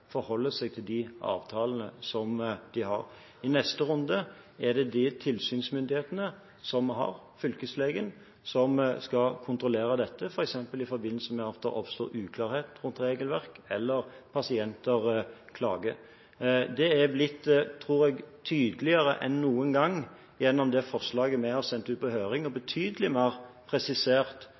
forholder seg til de avtalene som de har. I neste runde er det de tilsynsmyndighetene som vi har – fylkeslegene – som skal kontrollere dette, f.eks. i forbindelse med at det oppstår uklarhet rundt regelverk eller at pasienter klager. Det er blitt, tror jeg, tydeligere enn noen gang gjennom det forslaget vi har sendt ut på høring – og betydelig mer presisert